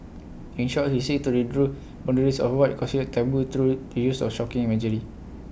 in short he seeks to redraw boundaries of what is considered taboo through the use of shocking imagery